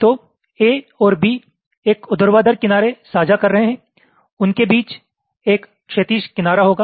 तो A और B एक ऊर्ध्वाधर किनारे साझा कर रहे हैं उनके बीच एक क्षैतिज किनारा होगा